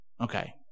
okay